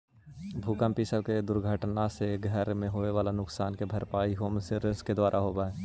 भूकंप इ सब दुर्घटना से घर के होवे वाला नुकसान के भरपाई होम इंश्योरेंस के द्वारा होवऽ हई